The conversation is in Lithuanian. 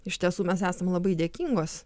iš tiesų mes esam labai dėkingos